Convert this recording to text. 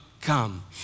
come